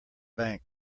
bank